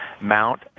mount